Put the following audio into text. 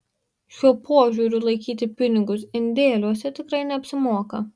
šiuo požiūriu laikyti pinigus indėliuose tikrai neapsimoka